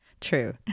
True